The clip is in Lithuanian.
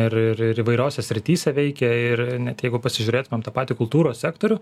ir ir įvairiose srityse veikia ir net jeigu pasižiūrėtumėm tą patį kultūros sektorių